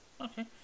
Okay